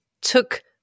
took